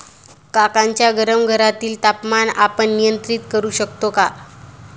काकांच्या गरम घरातील तापमान आपण नियंत्रित करु शकतो का?